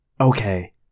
Okay